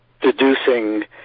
deducing